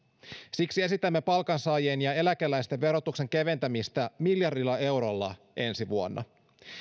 siksi esitämme palkansaajien ja eläkeläisten verotuksen keventämistä miljardilla eurolla ensi vuonna